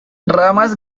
ramas